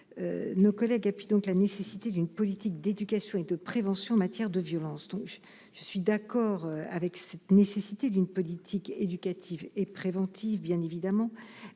nos collègues puis donc la nécessité d'une politique d'éducation et de prévention en matière de violence, donc je suis d'accord avec cette nécessité d'une politique éducative et préventive, bien évidemment,